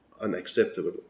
unacceptable